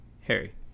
Harry